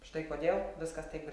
štai kodėl viskas taip ir